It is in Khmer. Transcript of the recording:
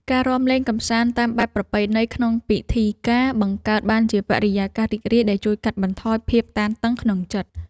ការរាំលេងកម្សាន្តតាមបែបប្រពៃណីក្នុងពិធីការ បង្កើតបានជាបរិយាកាសរីករាយដែលជួយកាត់បន្ថយភាពតានតឹងក្នុងចិត្ត។